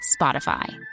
Spotify